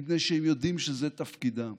מפני שהם יודעים שזה תפקידם,